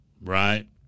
Right